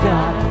God